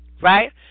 right